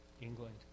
England